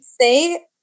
say